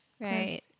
right